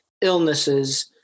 illnesses